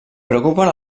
preocupen